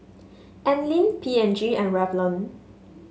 Anlene P and G and Revlon